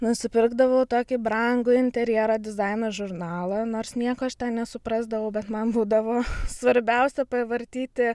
nusipirkdavau tokį brangų interjero dizaino žurnalą nors nieko aš ten nesuprasdavau bet man būdavo svarbiausia pavartyti